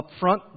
upfront